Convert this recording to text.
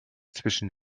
zwischen